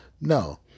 No